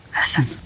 Listen